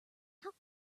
how